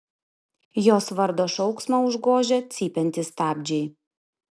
jos vardo šauksmą užgožia cypiantys stabdžiai